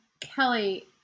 Kelly